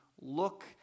look